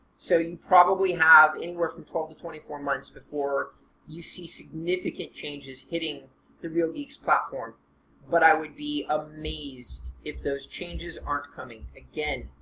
so you probably have anywhere from twelve to twenty four months before you see significant changes hitting the real geeks platform but i would be amazed if those changes aren't coming. again,